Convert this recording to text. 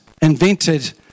invented